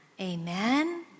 Amen